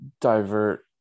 divert